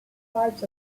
types